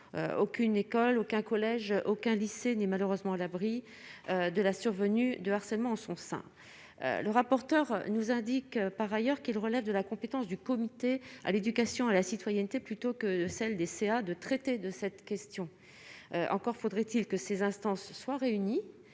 aucune école, aucun collège, aucun lycée n'est malheureusement à l'abri de la survenue de harcèlement en son sein le rapporteur nous indique par ailleurs qu'il relève de la compétence du comité à l'éducation à la citoyenneté, plutôt que de celle des CA de traiter de cette question, encore faudrait-il que ces instances soient réunies